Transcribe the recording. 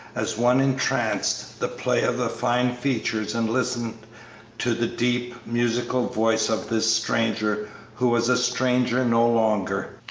as one entranced, the play of the fine features and listened to the deep, musical voice of this stranger who was a stranger no longer.